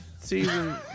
season